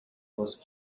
was